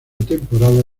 temporada